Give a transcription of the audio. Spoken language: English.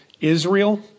Israel